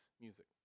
music